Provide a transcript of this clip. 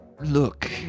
Look